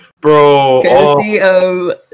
Bro